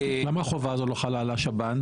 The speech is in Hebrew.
למה החובה הזו לא חלה על השב"ן?